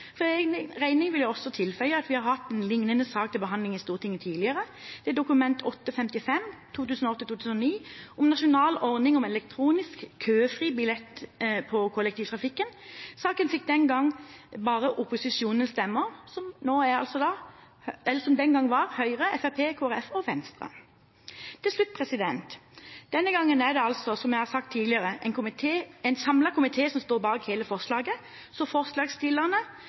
egen regning vil jeg tilføye at vi har hatt en lignende sak til behandling i Stortinget tidligere, Dokument nr. 8:55 for 2008–2009 om en nasjonal ordning med elektronisk «køfri»-billett på kollektivreiser. Saken fikk den gang bare stemmer fra opposisjonen, som den gang var Høyre, Fremskrittspartiet, Kristelig Folkeparti og Venstre. Til slutt: Denne gangen er det – som jeg har sagt tidligere – en samlet komité som står bak forslaget. Forslagsstillerne